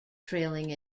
trailing